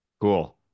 cool